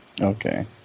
Okay